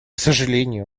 сожалению